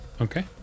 Okay